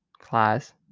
class